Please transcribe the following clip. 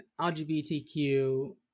LGBTQ